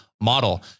model